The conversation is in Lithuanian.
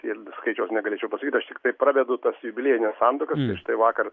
ir skaičiaus negalėčiau pasakyt aš tiktai pravedu tas jubiliejines santuokas tai štai vakar